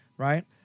right